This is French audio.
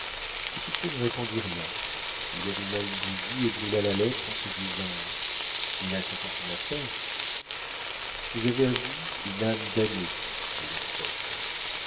spectacle petit claud ne répondit rien il alluma une bougie et brûla la lettre en se disant il a sa fortune à faire vous avez à vous une âme damnée dit le prote